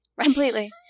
Completely